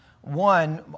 One